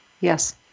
Yes